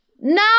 No